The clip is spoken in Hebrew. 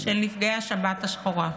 של נפגעי השבת השחורה.